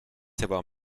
savoir